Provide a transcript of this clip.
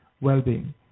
well-being